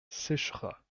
sécheras